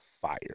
fire